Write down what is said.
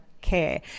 care